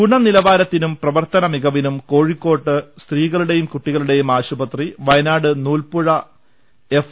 ഗുണനിലവാരത്തിനും പ്രവർത്തന മികവിനും കോഴിക്കോട് സ്ത്രീക ളുടെയും കുട്ടികളുടേയും ആശുപത്രി വയനാട് നൂൽപ്പുഴ എഫ്